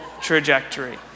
trajectory